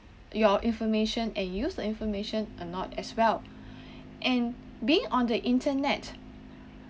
your information and use the information or not as well and being on the internet